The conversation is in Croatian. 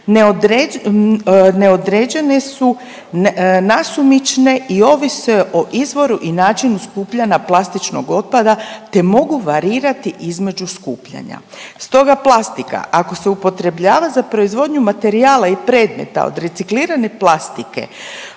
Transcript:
neodređene su, nasumične i ovise o izboru i načinu skupljanja plastičnog otpada te mogu varirati između skupljanja. Stoga plastika ako se upotrebljava za proizvodnju materijala i predmeta od reciklirane plastike